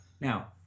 Now